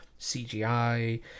CGI